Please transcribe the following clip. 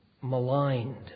maligned